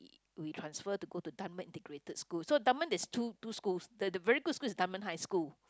we transfer to go to Dunman-Integrated-School so Dunman there's two two schools the the very good school is Dunman-High-School